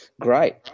great